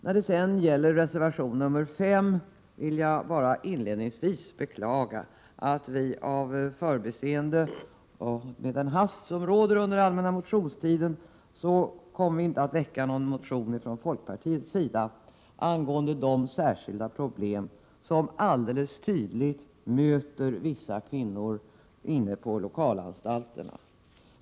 När det sedan gäller reservation 5 vill jag inledningsvis beklaga att vi av förbiseende och i den hast som råder under allmänna motionstiden inte kom att väcka någon motion från folkpartiet angående de särskilda problem som alldeles tydligt möter vissa kvinnor inne på anstalterna.